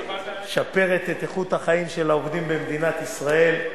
משפרת את איכות החיים של העובדים במדינת ישראל.